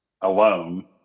alone